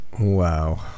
wow